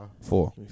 Four